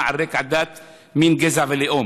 לבג"ץ נגד חוק הלאום.